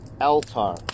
Altar